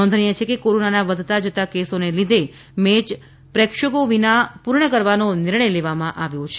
નોંધનીય છે કે કોરોનાના વધતા જતા કેસોને લીધે મેચ પ્રેક્ષકો વિના પૂર્ણ કરવાનો નિર્ણય લેવામાં આવ્યો છે